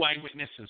eyewitnesses